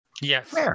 Yes